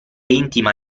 intima